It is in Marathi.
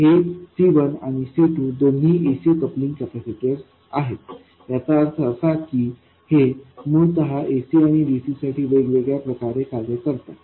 हे C1आणिC2 दोन्ही ac कपलिंग कॅपेसिटर आहेत याचा अर्थ असा की हे मूळतः ac आणि dc साठी हे वेगवेगळ्या प्रकारे कार्य करतात